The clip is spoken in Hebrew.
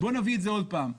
בוא נביא את זה עוד פעם.